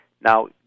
Now